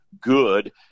good